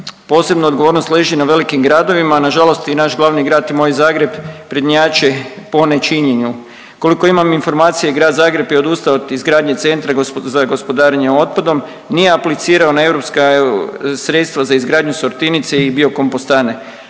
Posebna odgovornost leži na velikim gradovima, a nažalost i naš glavni grad moj Zagreb prednjači po nečinjenju. Koliko imam informacije Grad Zagreb je odustao od izgradnje centra za gospodarenje otpadom, nije aplicirao na europska sredstva za izgradnju sortirnice i biokompostane.